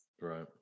Right